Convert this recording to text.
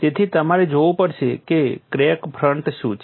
તેથી તમારે જોવું પડશે કે ક્રેક ફ્રન્ટ શું છે